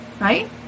right